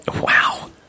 Wow